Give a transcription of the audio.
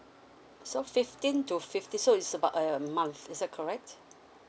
so fifteen to fifteen so it's about a month is that correct